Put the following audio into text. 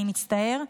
אני מצטער,